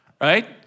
Right